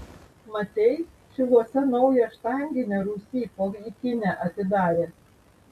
matei šiluose naują štanginę rūsy po ikine atidarė